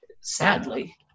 Sadly